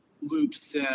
loops